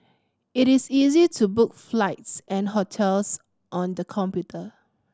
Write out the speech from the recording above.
it is easy to book flights and hotels on the computer